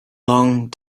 long